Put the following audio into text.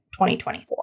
2024